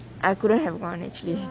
I couldn't have went actually